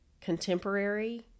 Contemporary